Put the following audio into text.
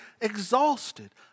exhausted